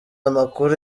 amakuru